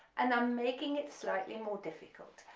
and i'm making it slightly more difficult,